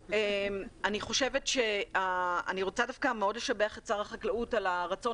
אני רוצה דווקא מאוד לשבח את שר החקלאות על הרצון